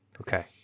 okay